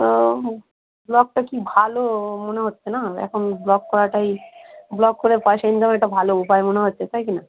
তো ব্লগটা কি ভালো মনে হচ্ছে না এখন ব্লগ করাটাই ব্লগ করে পয়সা ইনকামের একটা ভালো উপায় মনে হচ্ছে তাই কি না